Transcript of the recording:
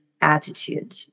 attitude